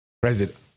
president